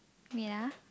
wait ah